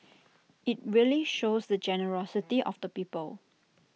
IT really shows the generosity of the people